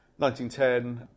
1910